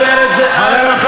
עראר.